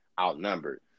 outnumbered